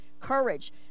courage